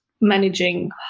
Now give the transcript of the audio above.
managing